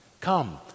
Come